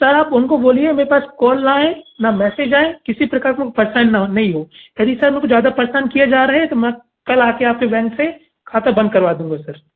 sir आप उनको बोलिए मेरे पास कॉल ना आए ना मैसेज आएं किसी प्रकार को परेशान ना हो नहीं हो यदि सर मेरे को ज़्यादा परेशान किया जा रहे हैं तो में कल आ कर आपके बैंक से खाता बंद करवा दूँगा सर